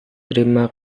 terima